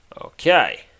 Okay